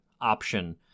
option